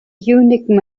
unique